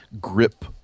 grip